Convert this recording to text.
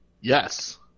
yes